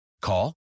Call